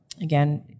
Again